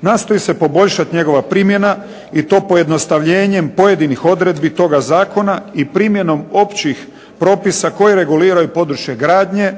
nastoji se poboljšati njegova primjena i to pojednostavljenjem pojedinih odredbi toga zakona i primjenom općih propisa koje reguliraju područje gradnje